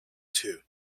two